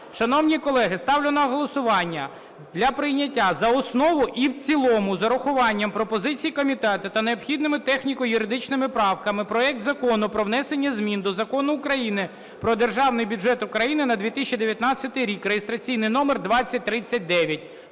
шановні колеги, ставлю на голосування для прийняття за основу і в цілому з урахуванням пропозицій комітету та необхідними техніко-юридичними правками проект Закону про внесення змін до Закону України "Про державний бюджет України на 2019 рік" (реєстраційний номер 2039).